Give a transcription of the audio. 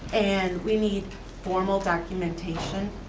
and we need formal documentation